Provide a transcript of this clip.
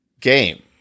game